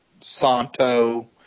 Santo